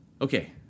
Okay